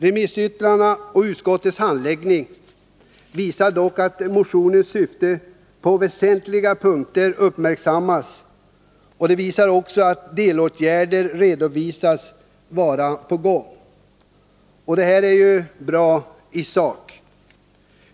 Remissyttrandena och utskottets handläggning visar att motionens syfte på väsentliga punkter uppmärksammats, och delåtgärder redovisas vara på gång. Detta är i sak bra.